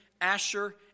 Asher